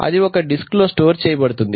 అది ఒక డిస్క్ లో స్టోర్ చేయబడుతుంది